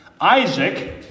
Isaac